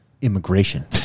Immigration